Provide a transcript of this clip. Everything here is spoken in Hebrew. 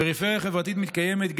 פריפריה חברתית מתקיימת,